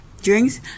drinks